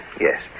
Yes